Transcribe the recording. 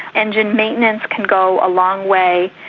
engine maintenance can go a long way,